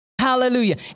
hallelujah